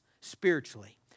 spiritually